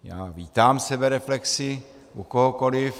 Já vítám sebereflexi u kohokoliv.